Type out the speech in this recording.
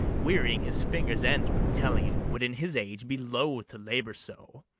wearying his fingers' ends with telling it, would in his age be loath to labour so,